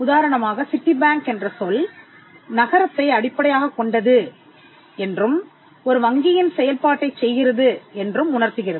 உதாரணமாக city bank என்ற சொல் அது நகரத்தை அடிப்படையாகக் கொண்டது என்றும் ஒரு வங்கியின் செயல்பாட்டைச் செய்கிறது என்றும் உணர்த்துகிறது